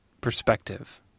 perspective